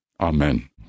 Amen